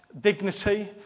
dignity